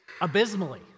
abysmally